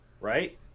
right